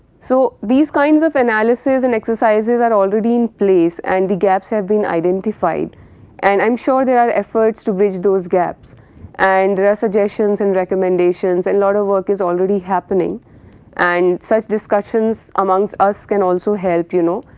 so, these kinds of analysis and exercises are already in place and the gaps have been identified and i am sure there are efforts to bridge those gaps and there are suggestions and recommendations and lot of work is already happening and such discussions amongst us can also help you know,